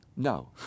No